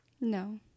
No